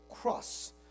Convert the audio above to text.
cross